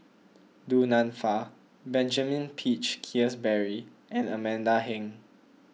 Du Nanfa Benjamin Peach Keasberry and Amanda Heng